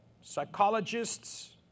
psychologists